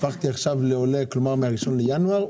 הפכתי עכשיו לעולה, כלומר מה-1 בינואר?